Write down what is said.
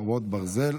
חרבות ברזל),